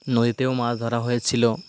নদীতেও মাছ ধরা হয়েছিল